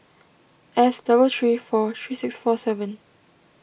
S double three four three six four seven